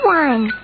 one